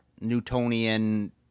Newtonian